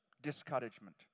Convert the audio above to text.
Discouragement